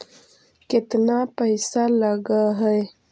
केतना पैसा लगय है?